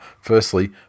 firstly